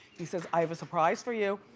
he says, i have a surprise for you.